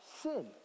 sin